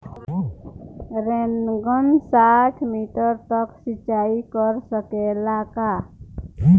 Rain gun साठ metre तक सिचाई कर सकेला का?